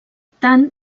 tant